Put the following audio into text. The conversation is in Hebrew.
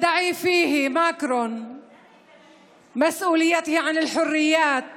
שהוא האחראי לחירויות